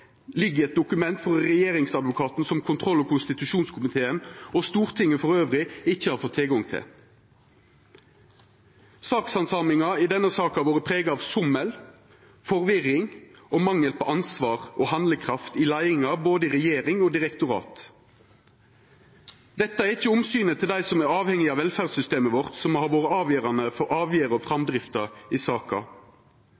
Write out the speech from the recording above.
ligg i eit dokument frå Regjeringsadvokaten som kontroll- og konstitusjonskomiteen og Stortinget elles ikkje har fått tilgang til. Sakshandsaminga i denne saka har vore prega av sommel, forvirring og mangel på ansvar og handlekraft i leiinga både i regjering og i direktorat. Det er ikkje omsynet til dei som er avhengige av velferdssystemet vårt, som har vore avgjerande for avgjerder og